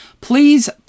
Please